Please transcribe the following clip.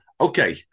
okay